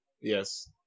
Yes